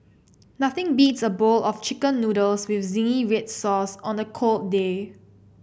nothing beats a bowl of chicken noodles with zingy red sauce on a cold day